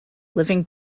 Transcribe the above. living